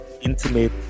intimate